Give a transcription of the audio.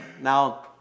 Now